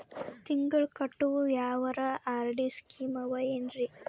ತಿಂಗಳ ಕಟ್ಟವು ಯಾವರ ಆರ್.ಡಿ ಸ್ಕೀಮ ಆವ ಏನ್ರಿ?